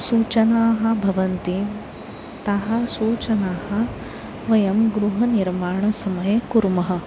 सूचनाः भवन्ति ताः सूचनाः वयं गृहनिर्माणसमये कुर्मः